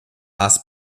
haas